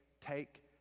take